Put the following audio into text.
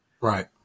right